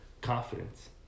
confidence